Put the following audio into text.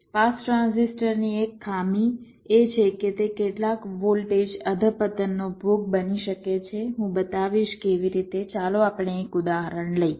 pass ટ્રાન્ઝિસ્ટરની એક ખામી એ છે કે તે કેટલાક વોલ્ટેજ અધપતનનો ભોગ બની શકે છે હું બતાવીશ કેવી રીતે ચાલો આપણે એક ઉદાહરણ લઈએ